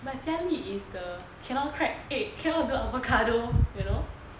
but jia li is the cannot crack egg cannot do avocado you know